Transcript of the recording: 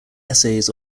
essays